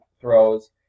throws